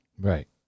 right